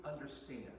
understand